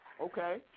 Okay